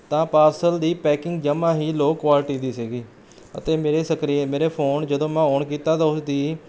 ਤਾਂ ਪਾਰਸਲ ਦੀ ਪੈਕਿੰਗ ਜਮ੍ਹਾਂ ਹੀ ਲੋਅ ਕੁਆਲਟੀ ਦੀ ਸੀ ਅਤੇ ਮੇਰੀ ਸਕਰੀਨ ਮੇਰੇ ਫ਼ੋਨ ਜਦੋਂ ਮੈਂ ਔਨ ਕੀਤਾ ਤਾਂ ਉਸਦੀ